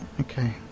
Okay